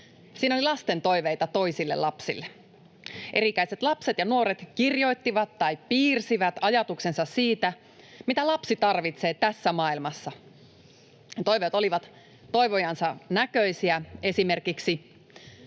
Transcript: Siinä oli lasten toiveita toisille lapsille. Eri ikäiset lapset ja nuoret kirjoittivat tai piirsivät ajatuksensa siitä, mitä lapsi tarvitsee tässä maailmassa. Toiveet olivat toivojansa näköisiä, esimerkiksi: